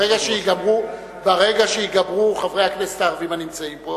ברגע שייגמרו חברי הכנסת הערבים הנמצאים פה,